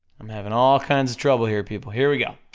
i'm having all kinds of trouble here, people, here we go,